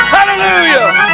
Hallelujah